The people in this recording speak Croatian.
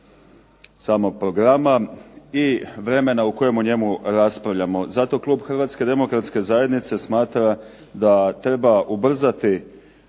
samog programa i vremena o kojemu o njemu raspravljamo. Zato klub HDZ-a smatra da treba ubrzati